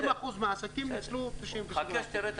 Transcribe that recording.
60% מהעסקים ניצלו 97%. חכה שתראה את